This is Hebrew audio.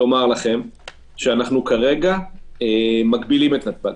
אני רוצה לומר לכם שאנחנו כרגע מגבילים את נתב"ג,